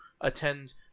attend